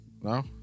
no